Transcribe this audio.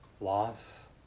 loss